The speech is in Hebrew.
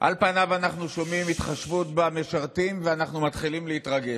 על פניו אנחנו שומעים התחשבות במשרתים ואנחנו מתחילים להתרגש.